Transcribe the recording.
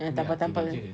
yang tampal tampal